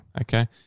Okay